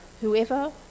whoever